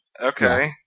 Okay